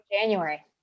January